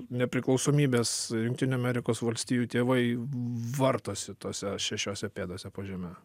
nepriklausomybės jungtinių amerikos valstijų tėvai vartosi tose šešiose pėdose po žeme